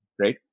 right